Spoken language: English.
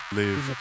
live